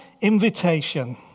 invitation